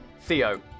Theo